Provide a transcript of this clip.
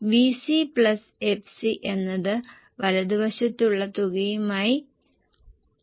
VC plus FC എന്നത് വലതുവശതുള്ള തുകയുമായി തുല്യമാകും